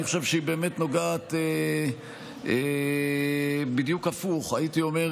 אני חושב שהיא באמת נוגעת בדיוק הפוך, הייתי אומר.